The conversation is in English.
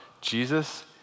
Jesus